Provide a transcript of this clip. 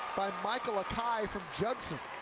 by michael akai from judson.